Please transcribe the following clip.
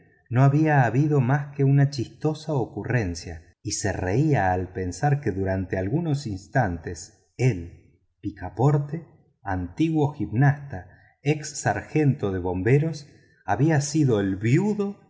no había habido más que una chistosa ocurrencia y se reía al pensar que durante algunos instantes él picaporte antiguo gimnasta ex sargento de bomberos había sido el viudo